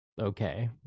okay